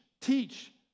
teach